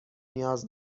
نیاز